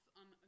on